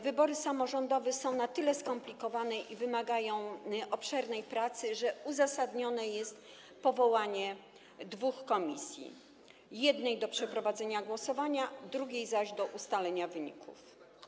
Wybory samorządowe są na tyle skomplikowane i wymagają tak obszernej pracy, że uzasadnione jest powołanie dwóch komisji: jednej do przeprowadzenia głosowania, drugiej zaś do ustalenia wyników.